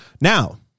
Now